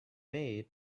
made